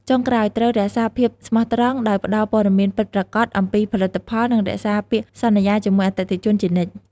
ចុងក្រោយត្រូវរក្សាភាពស្មោះត្រង់ ដោយផ្ដល់ព័ត៌មានពិតប្រាកដអំពីផលិតផល និងរក្សាពាក្យសន្យាជាមួយអតិថិជនជានិច្ច។